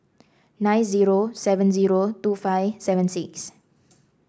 nine zero seven zero two five seven six